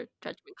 judgment